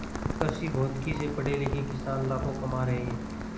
कृषिभौतिकी से पढ़े लिखे किसान लाखों कमा रहे हैं